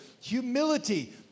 Humility